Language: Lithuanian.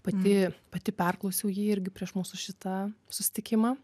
pati pati perklausiau jį irgi prieš mūsų šitą susitikimą